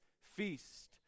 feast